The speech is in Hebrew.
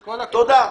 תודה.